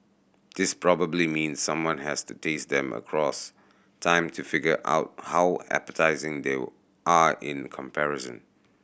this probably means someone has to taste them across time to figure out how appetising they are in comparison